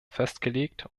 festgelegt